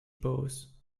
pose